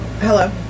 Hello